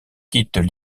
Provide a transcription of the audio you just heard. quittent